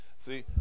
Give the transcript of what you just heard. See